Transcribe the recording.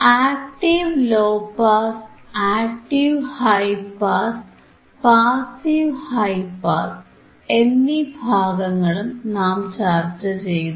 active low pass active high pass passive high pass എന്നീ ഭാഗങ്ങളും നാം ചർച്ച ചെയ്തു